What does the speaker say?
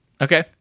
Okay